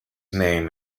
name